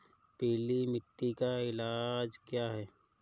पीली मिट्टी का इलाज क्या है?